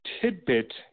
tidbit